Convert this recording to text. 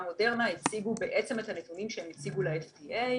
מודרנה הציגו את הנתונים שהן נציגו ל-FDA.